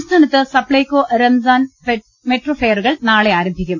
സംസ്ഥാനത്ത് സപ്പൈകോ റംസാൻ മെട്രോ ഫെയറു കൾ നാളെ ആരംഭിക്കും